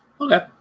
Okay